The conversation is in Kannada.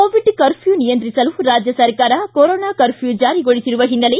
ಕೋವಿಡ್ ಕರ್ಫ್ಟೂ ನಿಯಂತ್ರಿಸಲು ರಾಜ್ಯ ಸರ್ಕಾರ ಕೋರೋನಾ ಕರ್ಫ್ಟೂ ಜಾರಿಗೊಳಿಸಿರುವ ಹಿನ್ನೆಲೆ